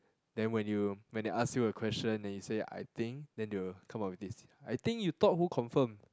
then when you when they ask you a question and you say I think then they will come out with this I think you thought who confirm